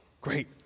great